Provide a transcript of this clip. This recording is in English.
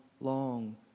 long